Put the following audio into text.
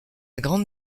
grande